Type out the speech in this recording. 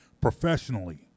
professionally